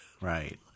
Right